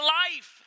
life